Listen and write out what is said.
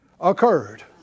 occurred